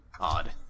odd